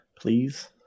please